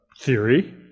theory